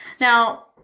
Now